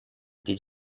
did